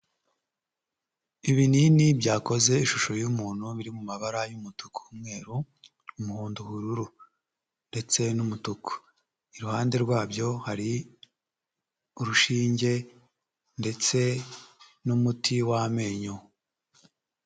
Ibinini byakoze ishusho y'umuntu biri mu mabara y'umutuku, umweru, umuhondo, ubururu ndetse n'umutuku. Iruhande rwabyo hari urushinge ndetse n'umuti w'amenyo.